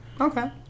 Okay